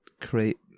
create